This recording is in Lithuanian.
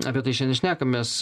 apie tai šiandien šnekamės